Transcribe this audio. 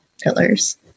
pillars